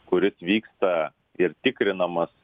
kuris vyksta ir tikrinamas